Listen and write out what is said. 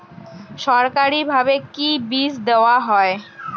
সরকারিভাবে কি বীজ দেওয়া হয়?